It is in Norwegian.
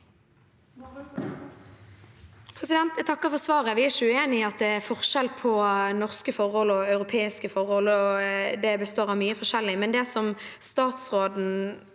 Jeg takker for svaret. Vi er ikke uenige i at det er forskjell på norske og europeiske forhold, og det består av mye forskjellig.